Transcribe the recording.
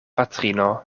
patrino